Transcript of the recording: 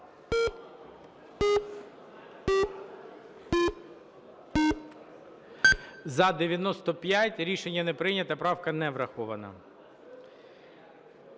За-95 Рішення не прийнято. Правка не врахована.